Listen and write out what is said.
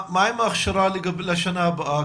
מה עם ההכשרה לשנה הבאה?